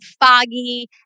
foggy